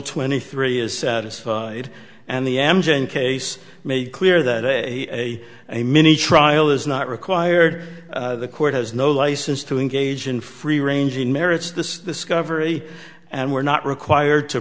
twenty three is satisfied and the engine case made clear that a a mini trial is not required the court has no license to engage in free ranging merits this discovery and we're not required to